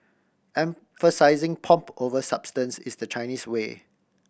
emphasising pomp over substance is the Chinese way